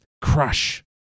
Crush